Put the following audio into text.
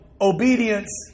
obedience